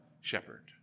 shepherd